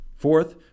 Fourth